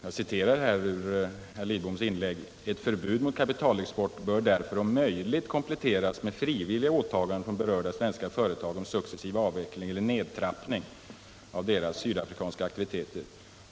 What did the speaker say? Jag citerar ur herr Lidboms anförande: ”Ett förbud mot kapitalexport bör därför om möjligt kompletteras med frivilliga åtaganden från berörda företag om successiv avveckling eller nedtrappning av deras sydafrikanska aktiviteter.